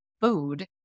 food